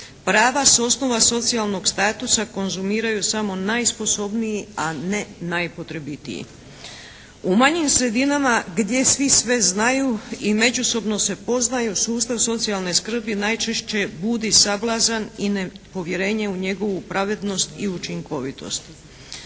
prava s osnova socijalnog statusa konzumiraju samo najsposobniji a ne najpotrebitiji. U manjim sredinama gdje svi sve znaju i međusobno se poznaju sustav socijalne skrbi najčešće budi sablazan i nepovjerenje u njegovu pravednost i učinkovitost.